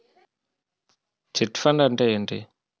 Chit fund అంటే ఏంటి?